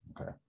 Okay